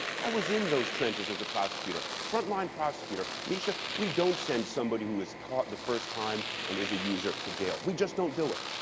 i was in those trenches as a prosecutor, front-line prosecutor. misha, we don't send somebody who is caught the first time and is a user to jail. we just don't do it.